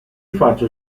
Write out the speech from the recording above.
faccio